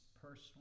personal